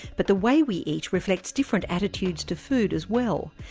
but the way we eat reflects different attitudes to food as well,